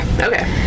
Okay